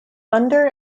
thunder